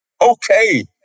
Okay